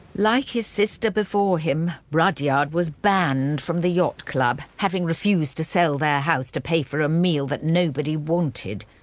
like his sister before him, rudyard was banned from the yacht club, having refused to sell his house to pay for a meal that nobody wanted.